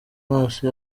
amaso